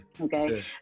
Okay